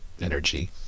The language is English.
energy